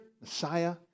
Messiah